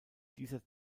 dieser